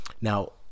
Now